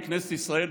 מכנסת ישראל,